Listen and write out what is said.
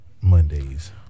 Mondays